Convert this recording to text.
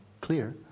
clear